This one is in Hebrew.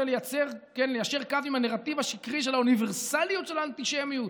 ליישר קו עם הנרטיב השקרי של האוניברסליות של האנטישמיות,